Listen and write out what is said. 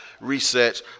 resets